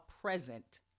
present